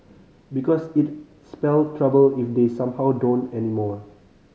because it'd spell trouble if they somehow don't anymore